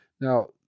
Now